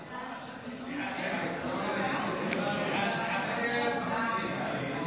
ההצעה להעביר את הצעת חוק הפסקת הליכים ומחיקת